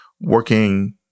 working